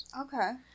Okay